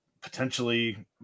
potentially